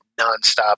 nonstop